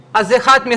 זה חשוב מאוד, אני מקווה